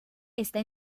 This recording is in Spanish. está